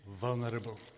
vulnerable